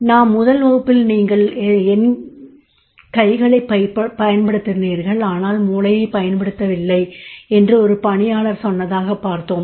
நாம் முதல் வகுப்பில் நீங்கள் என் கைகளைப் பயன்படுத்தினீர்கள் ஆனால் என் மூளையைப் பயன்படுத்தவில்லை என்று ஒரு பணியாளர் சொன்னதாகப் பார்த்தோம்